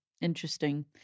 Interesting